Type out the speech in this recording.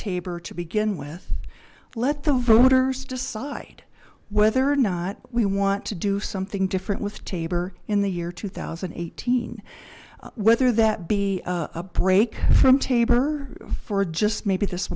taber to begin with let the voters decide whether or not we want to do something different with tabor in the year two thousand and eighteen whether that be a break from tabor for just maybe this